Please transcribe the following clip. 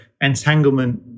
entanglement